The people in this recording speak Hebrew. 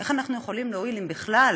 איך אנחנו יכולים להועיל, אם בכלל?